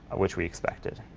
which we expected.